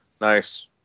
Nice